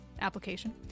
application